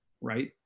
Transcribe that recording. right